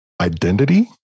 identity